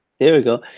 there we go.